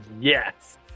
Yes